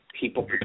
people